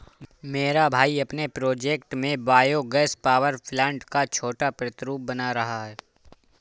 मेरा भाई अपने प्रोजेक्ट में बायो गैस पावर प्लांट का छोटा प्रतिरूप बना रहा है